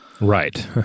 Right